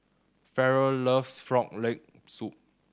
Farrell loves Frog Leg Soup